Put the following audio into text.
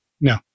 No